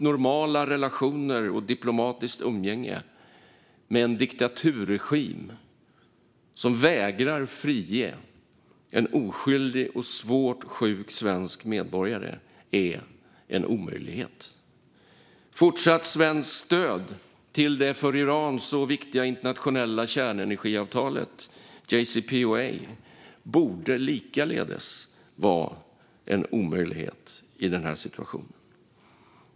Normala relationer och fortsatt diplomatiskt umgänge med en diktaturregim som vägrar frige en oskyldig och svårt sjuk svensk medborgare är en omöjlighet. Fortsatt svenskt stöd till det för Iran så viktiga internationella kärnenergiavtalet JCPOA borde likaledes vara en omöjlighet i den här situationen.